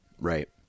Right